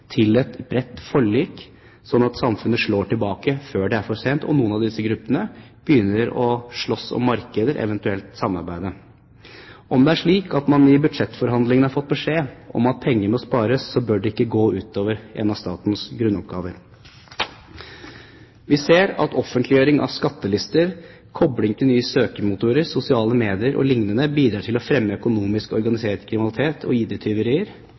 til et bredt forlik, sånn at samfunnet slår tilbake før det er for sent og noen av disse gruppene begynner å slåss om markeder, eventuelt samarbeide. Om det er slik at man i budsjettforhandlingene har fått beskjed om at penger må spares, bør det ikke gå ut over en av statens grunnoppgaver. Vi ser at offentliggjøring av skattelister, kobling til nye søkemotorer, sosiale medier o.l. bidrar til å fremme økonomisk, organisert kriminalitet og